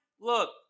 look